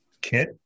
Kit